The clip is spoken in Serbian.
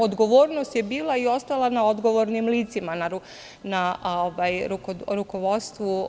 Odgovornost je bila i ostala na odgovornim licima, na rukovodstvu.